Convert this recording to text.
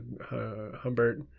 Humbert